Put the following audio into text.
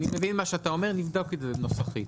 אני מבין מה שאתה אומר, נבדוק את זה נוסחית.